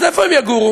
אז איפה הם יגורו?